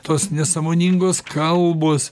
tos nesąmoningos kalbos